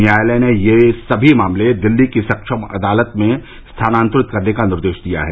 न्यायालय ने ये सभी मामले दिल्ली की सक्षम अदालत में स्थानांतरित करने का निर्देश दिया है